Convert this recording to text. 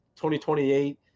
2028